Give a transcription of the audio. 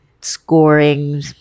scoring